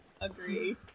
agree